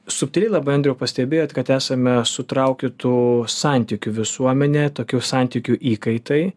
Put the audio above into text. subtiliai labai andriau pastebėjot kad esame sutraukytų santykių visuomenėje tokių santykių įkaitai